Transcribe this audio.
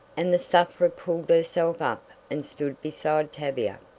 and the sufferer pulled herself up and stood beside tavia.